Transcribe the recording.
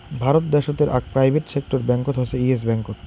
ভারত দ্যাশোতের আক private sector ব্যাঙ্কত হসে ইয়েস ব্যাঙ্কত